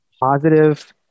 positive